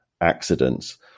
accidents